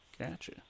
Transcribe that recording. Gotcha